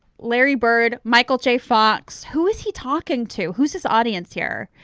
larry byrd, michael j fox, who is he talking to? who's his audience here?